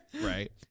Right